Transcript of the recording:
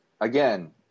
again